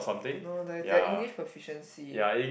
no the that English proficiency